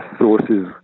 sources